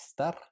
ESTAR